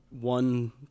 one